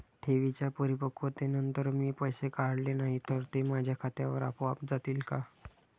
ठेवींच्या परिपक्वतेनंतर मी पैसे काढले नाही तर ते माझ्या खात्यावर आपोआप जातील का?